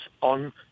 on